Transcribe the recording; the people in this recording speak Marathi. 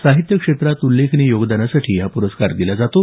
साहित्य क्षेत्रात उल्लेखनीय योगदानासाठी हा पुरस्कार देण्यात येतो